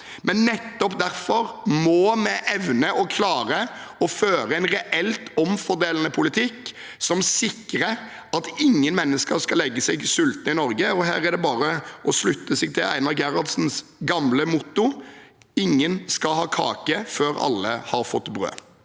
har. Nettopp derfor må vi evne å føre en reelt omfordelende politikk som sikrer at ingen mennesker skal legge seg sulten i Norge. Her er det bare å slutte seg til Einar Gerhardsens gamle motto: Ingen skal ha kake før alle har fått brød.